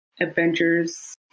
Avengers